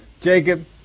Jacob